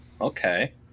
okay